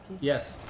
Yes